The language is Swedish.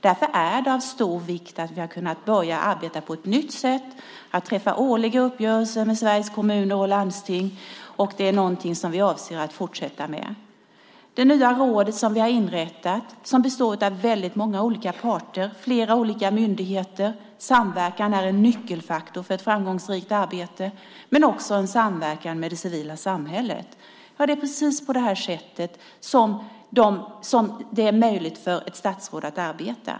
Därför är det av stor vikt att vi har kunnat arbeta på ett nytt sätt, att vi träffar årliga uppgörelser med Sveriges Kommuner och Landsting. Det är något som vi avser att fortsätta med. För det nya rådet som vi har inrättat, som består av många olika parter, flera olika myndigheter, är samverkan en nyckelfaktor för ett framgångsrikt arbete men också samverkan med det civila samhället. Det är precis på det här sättet som det är möjligt för ett statsråd att arbeta.